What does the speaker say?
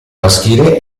maschile